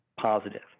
positive